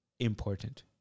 important